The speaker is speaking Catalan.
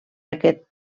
aquest